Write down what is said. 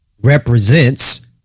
represents